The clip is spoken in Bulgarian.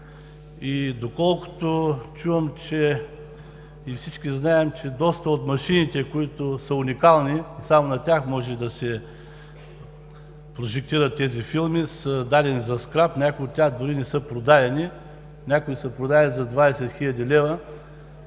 Доколкото чувам и всички знаем, че доста от машините, които са уникални, само на тях може да се прожектират тези филми, са дадени за скрап, някои от тях дори не са продадени, някои са продадени за 20 хил. лв.